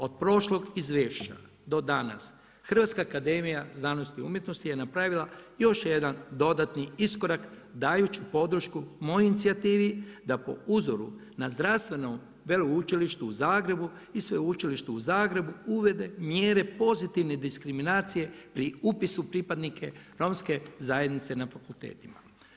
Od prošlog izvješća, do danas, Hrvatska akademija znanosti i umjetnosti je napravila još jedan dodatni iskorak dajući podršku mojoj inicijativi, da po uzoru na zdravstveno veleučilište u Zagrebu i sveučilište u Zagrebu, uvede mjere pozitivne diskriminacije pri upisu pripadnike romske zajednice na fakultetima.